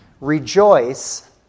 Rejoice